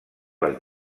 les